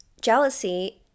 Jealousy